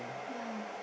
ya